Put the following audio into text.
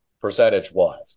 percentage-wise